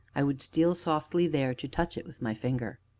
i would steal softly there to touch it with my finger.